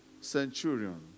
centurion